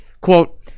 Quote